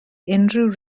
unrhyw